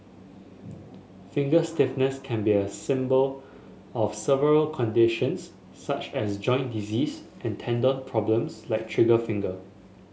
finger stiffness can be a symbol of several conditions such as joint disease and tendon problems like trigger finger